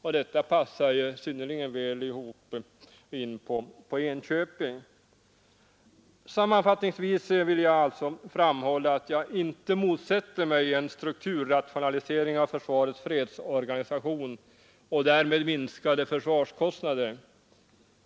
Detta passar synnerligen väl in på Enköping. Sammanfattningsvis vill jag framhålla att jag inte motsätter mig en strukturrationalisering av försvarets fredsorganisation och därmed minskade försvarskostnader.